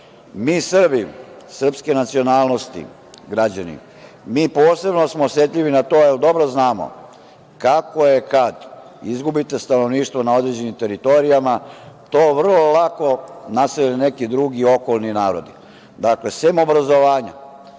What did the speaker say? Srbi, srpske nacionalnosti, građani, mi smo posebno osetljivi na to jer dobro znamo kako je kad izgubite stanovništvo na određenim teritorijama. To vrlo lako naseljavaju neki drugi okolni narodi. Dakle, sem obrazovanja,